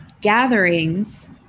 gatherings